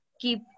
keep